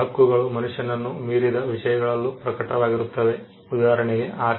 ಹಕ್ಕುಗಳು ಮನುಷ್ಯನನ್ನು ಮೀರಿದ ವಿಷಯಗಳಲ್ಲೂ ಪ್ರಕಟವಾಗಿರುತ್ತವೆ ಉದಾಹರಣೆಗೆ ಆಸ್ತಿ